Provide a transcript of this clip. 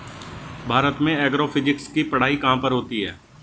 भारत में एग्रोफिजिक्स की पढ़ाई कहाँ पर होती है?